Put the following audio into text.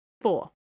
Four